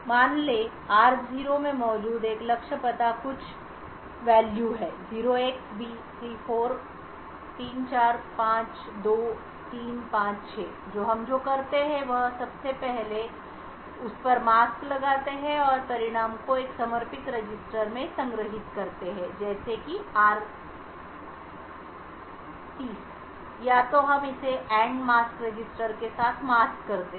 मान लें कि r naught में मौजूद एक लक्ष्य पता कुछ मानहै 0xb3452356 तो हम जो करते हैं वह सबसे पहले हम लागू करते हैं और उस पर मास्क लगाते हैं और परिणाम को एक समर्पित रजिस्टर में संग्रहीत करते हैं जैसे कि r30 या तो और हम इसे AND मास्क रजिस्टर के साथ मास्क करते हैं